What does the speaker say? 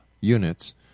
units